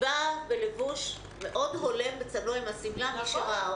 הילדה באה בלבוש מאוד הולם וצנוע, עם שמלה.